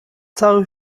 cały